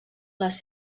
les